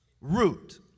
root